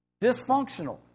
dysfunctional